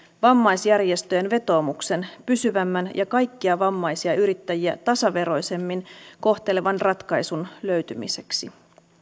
vammaisjärjestöjen vetoomuksen pysyvämmän ja kaikkia vammaisia yrittäjiä tasaveroisemmin kohtelevan ratkaisun löytymiseksi